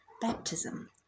baptism